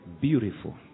Beautiful